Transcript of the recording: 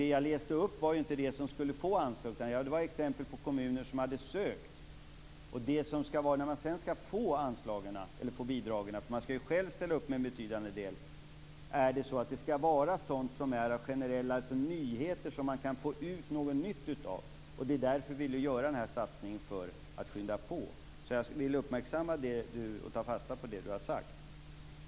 Det jag läste upp var inte de som skulle få anslag, det var exempel på kommuner som hade sökt. För att få bidragen skall man själv ställa upp med en betydande del och det skall alltså vara nyheter, sådant som man kan få ut något nytt av. Det är därför vi vill göra den här satsningen för att skynda på. Jag vill uppmärksamma detta och tar fasta på det Lennart Fremling har sagt.